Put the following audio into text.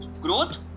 growth